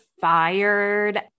fired